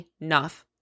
enough